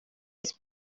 it’s